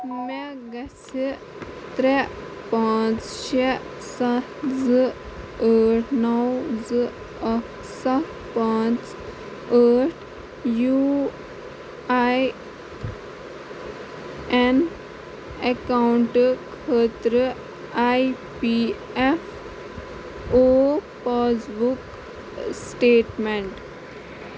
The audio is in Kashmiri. مےٚ گٔژھہِ ترٛےٚ پانٛژھ شیٚے سَتھ زٕ ٲٹھ نو زٕ اکھ سَتھ پانٛژھ ٲٹھ یو آیۍ ایٚن اکاونٹہٕ خٲطرٕ E P F O passbook statement